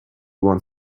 one